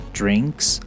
drinks